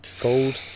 gold